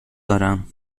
دارم